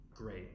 Great